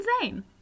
insane